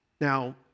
Now